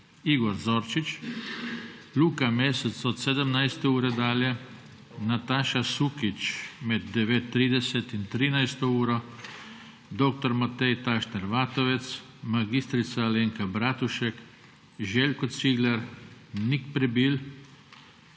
Igor Zorčič, Luka Mesec od 17. ure dalje, Nataša Sukič med 9.30 in 13. uro, Matej Tašner Vatovec, Alenka Bratušek, Željko Cigler, Nik Prebil,